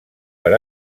per